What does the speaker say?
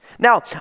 Now